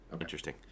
Interesting